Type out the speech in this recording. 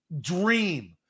dream